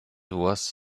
was